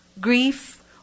Grief